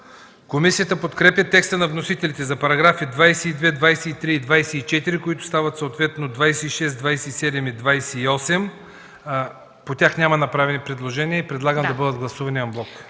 Комисията подкрепя текста на вносителя за параграфи 22, 23 и 24, които стават съответно 26, 27 и 28. По тях няма направени предложения и предлагам да бъдат гласувани анблок.